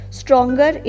stronger